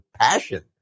passion